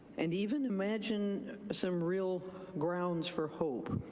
and even imagine some real grounds for hope.